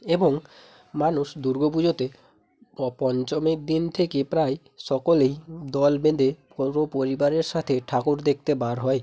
এবং মানুষ দুর্গা পুজোতে পঞ্চমীর দিন থেকে প্রায় সকলেই দল বেঁধে পরো পরিবারের সাথে ঠাকুর দেখতে বার হয়